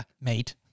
Mate